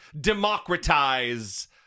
democratize